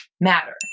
matter